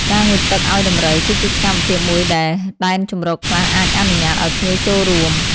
ការងូតទឹកឲ្យដំរី គឺជាសកម្មភាពមួយដែល ដែនជម្រកខ្លះអាចអនុញ្ញាតឲ្យភ្ញៀវចូលរួម។